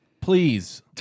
Please